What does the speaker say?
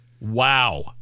Wow